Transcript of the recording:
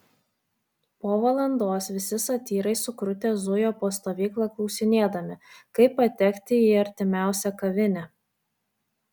po valandos visi satyrai sukrutę zujo po stovyklą klausinėdami kaip patekti į artimiausią kavinę